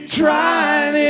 trying